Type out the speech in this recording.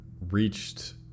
reached